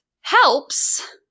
helps